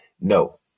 No